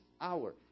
hour